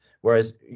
Whereas